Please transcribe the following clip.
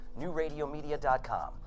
newradiomedia.com